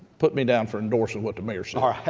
put me down for endorsing what the mayor said. all right.